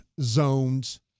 zones